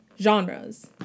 genres